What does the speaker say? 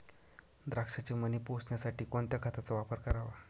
द्राक्षाचे मणी पोसण्यासाठी कोणत्या खताचा वापर करावा?